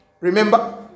Remember